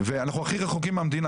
ואנחנו הכי רחוקים מהמדינה.